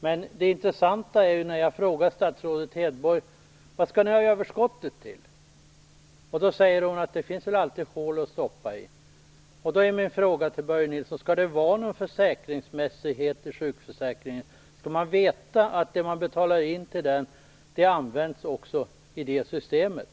Men det intressanta är ju att när jag frågar statsrådet Hedborg vad överskottet skall gå till så säger hon att det väl alltid finns hål att stoppa i. Då vill jag fråga Börje Nilsson: Skall det vara någon försäkringsmässighet i sjukförsäkringen? Skall man veta att det man betalar in till sjukförsäkringen också används i det systemet?